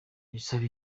bisaba